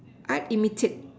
art imitate